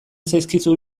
zaizkizu